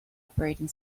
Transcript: operating